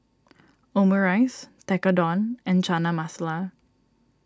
Omurice Tekkadon and Chana Masala